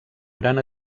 gran